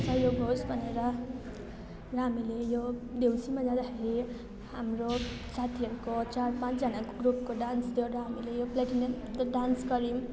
सहयोग होस् भनेर र हामीले यो देउसीमा जाँदाखेरि हाम्रो साथीहरूको चार पाँचजना ग्रुपको डान्स गरेर हामीले यो प्लेटिनियम त डान्स गरौँ